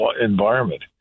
environment